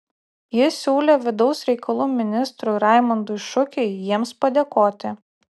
ji siūlė vidaus reikalų ministrui raimundui šukiui jiems padėkoti